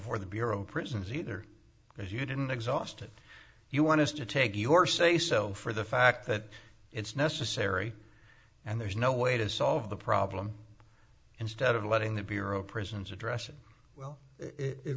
for the bureau of prisons either because you didn't exhausted you want to take your say so for the fact that it's necessary and there's no way to solve the problem instead of letting the bureau of prisons address it well it